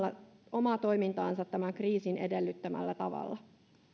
toimintaansa tämän kriisin edellyttämällä tavalla